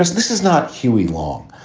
this is not huey long.